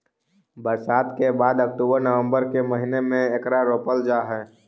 बरसात के बाद अक्टूबर नवंबर के महीने में एकरा रोपल जा हई